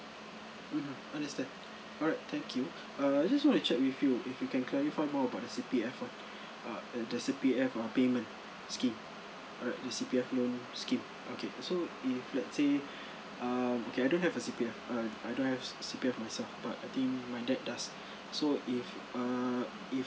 mmhmm understand alright thank you err I just I want to check with you if you can clarify more about the C_P_F one uh the the C_P_F uh payment scheme uh the C_P_F loan scheme okay so if let's say um okay I don't have a C_P_F uh I don't have C C_P_F myself but I think my dad does so if err if